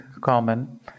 common